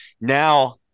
now